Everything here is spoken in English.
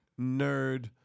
nerd